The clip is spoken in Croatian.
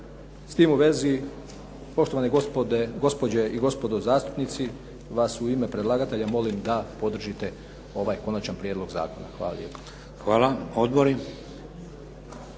S tim u vezi poštovane gospođe i gospodo zastupnici vas u ime predlagatelja molim da podržite ovaj konačan prijedlog zakona. Hvala lijepo. **Šeks,